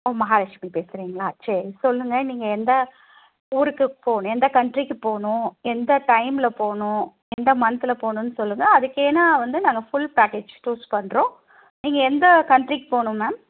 ஓ மகாலக்ஷ்மி பேசுறிங்களா சரி சொல்லுங்கள் நீங்கள் எந்த ஊருக்கு போகணும் எந்த கன்ட்ரிக்கு போகணும் எந்த டைம்மில் போகணும் எந்த மந்தில் போகணுன்னு சொல்லுங்கள் அதுக்கு ஏன்னா வந்து நாங்கள் ஃபுல் பேக்கேஜ் டூர்ஸ் பண்ணுறோம் நீங்கள் எந்த கன்ட்ரிக்கு போகணும் மேம்